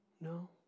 no